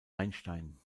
einstein